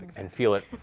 and feel it